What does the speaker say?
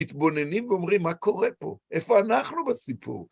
מתבוננים ואומרים, מה קורה פה? איפה אנחנו בסיפור?